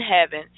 heaven